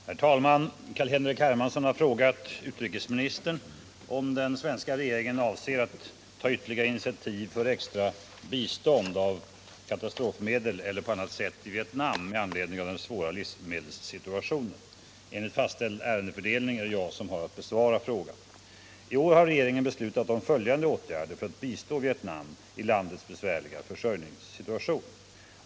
Herr talman! Carl-Henrik Hermansson har frågat utrikesministern om den svenska regeringen avser att ta ytterligare initiativ för extra bistånd, av katastrofmedel eller på annat sätt, till Vietnam med anledning av den svåra livsmedelssituationen. Enligt fastställd ärendefördelning är det jag som har att besvara frågan. I år har regeringen beslutat om följande åtgärder för att bistå Vietnam i landets besvärliga försörjningssituation.